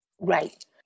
Right